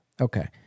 Okay